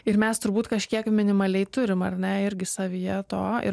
ir mes turbūt kažkiek minimaliai turim ar ne irgi savyje to ir